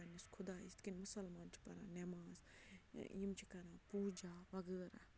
پنٛنِس خۄداے یِتھ کنۍ مُسَلمان چھِ پَران نٮ۪ماز یِم چھِ کَران پوٗجا وغٲرہ